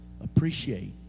appreciate